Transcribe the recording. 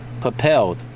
propelled